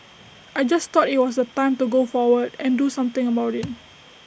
I just thought IT was the time to go forward and do something about IT